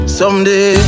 someday